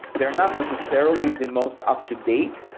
they're not necessarily the most up-to-date.